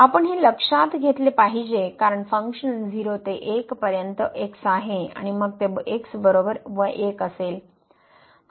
आपण हे लक्षात घेतले पाहिजे कारण फंक्शन 0 ते 1 पर्यंत x आहे आणि मग ते x बरोबर 1 असेल